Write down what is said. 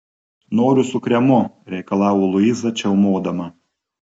noriu su kremu reikalavo luiza čiaumodama